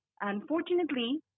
Unfortunately